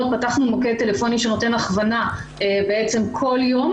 פתחנו מוקד טלפוני שנותן הכוונה בכל יום,